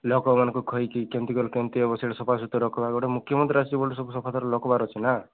ଲୋକମାନଙ୍କୁ କହିକି କେମିତି ଗଲେ କେମତି ହେବ ସେଇଟା ସଫା ସୁତୁରା ରଖିବା ଗୋଟେ ମୁଖ୍ୟମନ୍ତ୍ରୀ ଆସୁଛି ସବୁ ସଫାସୁତୁରା ରଖିବାର ଅଛି ନା